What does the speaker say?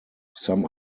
some